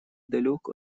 далек